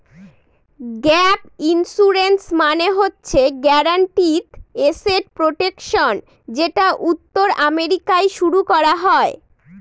gap insurance মানে হচ্ছে guaranteed asset protection যেটা উত্তর আমেরিকায় শুরু করা হয়